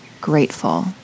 grateful